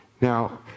Now